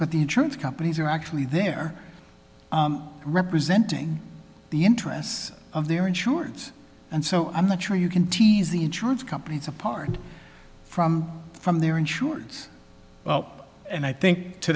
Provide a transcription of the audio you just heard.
but the insurance companies are actually there representing the interests of their insurance and so i'm not sure you can tease the insurance companies apart from from their insurers and i think to